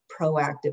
proactive